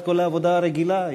את כל העבודה הרגילה,